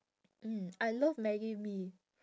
mm I love Maggi mee